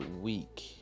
week